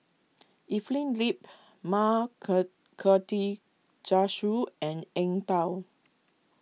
Evelyn Lip Ma Karthigesu and Eng Tow